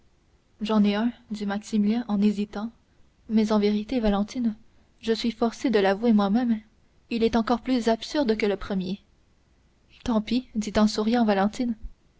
j'en ai un dit maximilien en hésitant mais en vérité valentine je suis forcé de l'avouer moi-même il est encore plus absurde que le premier tant pis dit en souriant valentine